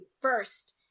first